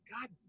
God